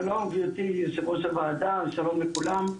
שלום גבירתי יושבת ראש הוועדה, שלום לכולם.